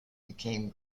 became